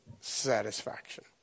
satisfaction